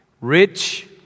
rich